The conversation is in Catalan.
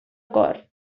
cor